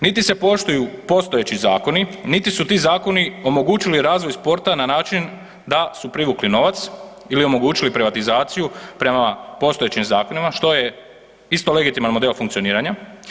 Niti se poštuju postojeći zakoni, niti su ti zakon omogućili razvoj sporta na način da su privukli novac ili omogućili privatizaciju prema postojećim zakonima što je isto legitiman model funkcioniranja.